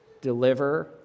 deliver